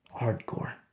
Hardcore